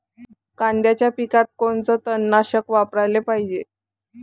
कांद्याच्या पिकात कोनचं तननाशक वापराले पायजे?